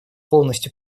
полностью